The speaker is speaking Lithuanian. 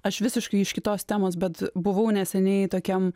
aš visiškai iš kitos temos bet buvau neseniai tokiam